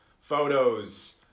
photos